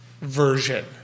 version